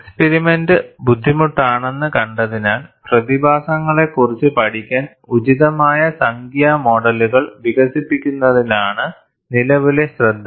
എക്സ്പിരിമെന്റ ബുദ്ധിമുട്ടാണെന്ന് കണ്ടതിനാൽ പ്രതിഭാസങ്ങളെക്കുറിച്ച് പഠിക്കാൻ ഉചിതമായ സംഖ്യാ മോഡലുകൾ വികസിപ്പിക്കുന്നതിലാണ് നിലവിലെ ശ്രദ്ധ